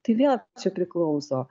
tai vėl čia priklauso